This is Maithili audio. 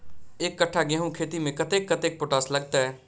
एक कट्ठा गेंहूँ खेती मे कतेक कतेक पोटाश लागतै?